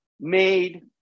made